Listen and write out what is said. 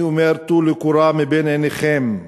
אני אומר: טלו קורה מבין עיניכם.